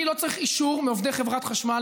אני לא צריך אישור מעובדי חברת החשמל,